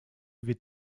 wird